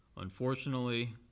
Unfortunately